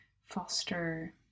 foster